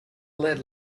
led